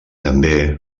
també